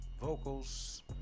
vocals